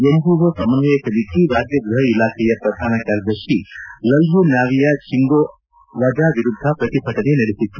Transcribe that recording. NGO ಸಮನ್ವಯ ಸಮಿತಿ ರಾಜ್ಯ ಗೃಹ ಇಲಾಖೆಯ ಪ್ರಧಾನ ಕಾರ್ಯದರ್ತಿ ಲಲ್ಯೂನಾವಿಯ ಚಿಂಗೊ ವಜಾ ವಿರುದ್ದ ಪ್ರತಿಭಟನೆ ನಡೆಸಿತ್ತು